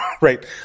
right